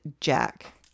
Jack